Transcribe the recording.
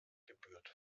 gebührt